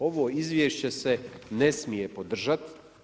Ovo izvješće se ne smije podržati.